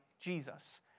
Jesus